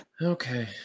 Okay